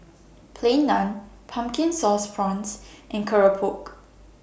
Plain Naan Pumpkin Sauce Prawns and Keropok